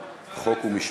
מופיע על המסכים: חוק הנוער.